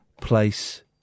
place